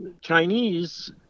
Chinese